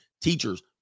Teachers